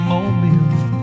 Mobile